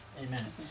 Amen